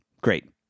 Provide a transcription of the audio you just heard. great